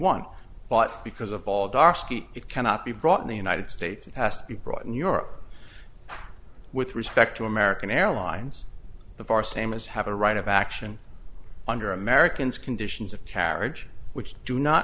one but because of all dark ski it cannot be brought in the united states has to be brought in europe with respect to american airlines the far same as have a right of action under americans conditions of carriage which do not